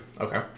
Okay